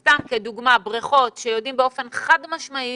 לדוגמה, בריכות, יודעים באופן חד-משמעי